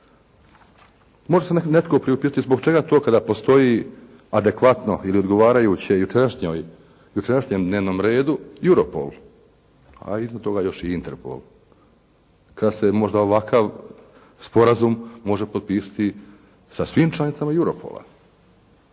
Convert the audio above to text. Možda se netko priupitao i zbog čega to kada postoji adekvatno ili odgovarajuće jučerašnjem dnevnom redu Europol, a iznad toga još i Interpol kada se možda ovakav sporazum može potpisati sa svim članicama Europola.